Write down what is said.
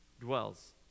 dwells